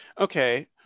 okay